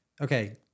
okay